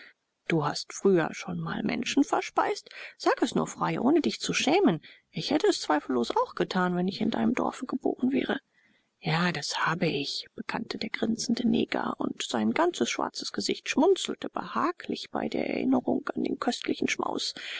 du hast früher schon mal menschen verspeist sage es nur frei ohne dich zu schämen ich hätte es zweifellos auch getan wenn ich in deinem dorfe geboren wäre ja das hab ich bekannte der grinsende neger und sein ganzes schwarzes gesicht schmunzelte behaglich bei der erinnerung an den köstlichen schmaus